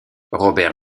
robert